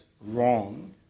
wrong